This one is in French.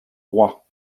roi